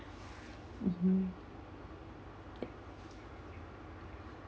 mmhmm